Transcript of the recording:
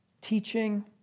teaching